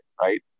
right